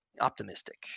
optimistic